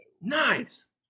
Nice